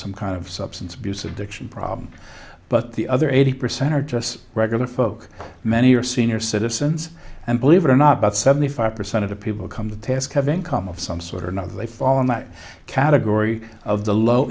some kind of substance abuse addiction problem but the other eighty percent are just regular folk many are senior citizens and believe it or not about seventy five percent of the people come the task having come of some sort or another they fall in that category of the low